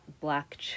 black